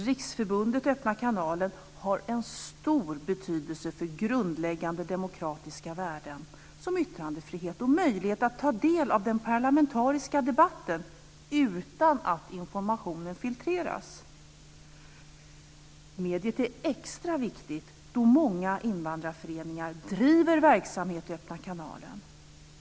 Riksförbundet Öppna kanaler har en stor betydelse för grundläggande demokratiska värden som yttrandefrihet och möjlighet att ta del av den parlamentariska debatten utan att informationen filtreras. Mediet är extra viktigt då många invandrarföreningar driver verksamhet i öppna kanaler.